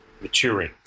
maturing